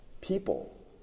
people